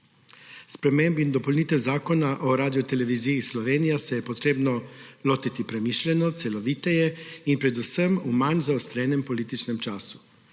Sprememb in dopolnitev Zakona o Radioteleviziji Slovenija se je treba lotiti premišljeno, celoviteje in predvsem v manj zaostrenem političnem času.